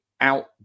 out